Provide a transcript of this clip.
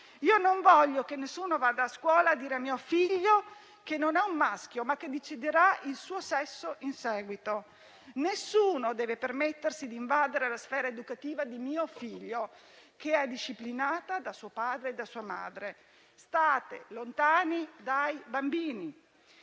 Io non voglio che nessuno vada a scuola a dire a mio figlio che non è un maschio, ma che deciderà il suo sesso in seguito. Nessuno deve permettersi di invadere la sfera educativa di mio figlio, che è disciplinata da suo padre e da sua madre. State lontani dai bambini.